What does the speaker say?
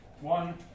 one